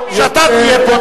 כשאתה תהיה פה,